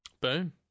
boom